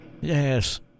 Yes